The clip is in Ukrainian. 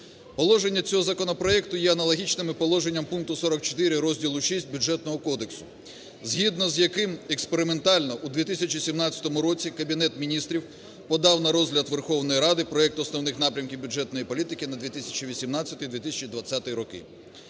Положення цього законопроекту є аналогічним положенням пункту 44 розділу VI Бюджетного кодексу, згідно з яким експериментально у 2017 році Кабінет Міністрів подав на розгляд Верховної Ради проект Основних напрямків бюджетної політики на 2018-2020 роки.